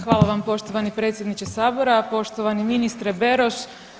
Hvala vam poštovani predsjedniče Sabora, poštovani ministre Beroš.